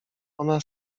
ona